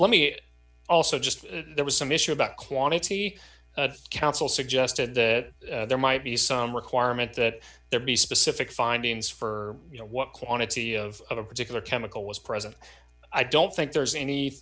let me it also just there was some issue about quantity counsel suggested that there might be some requirement that there be specific findings for you know what quantity of of a particular chemical was present i don't think there's any